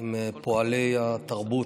עם פועלי התרבות,